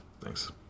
Thanks